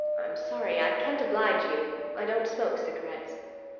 i'm sorry i can't oblige you. i don't smoke cigarettes.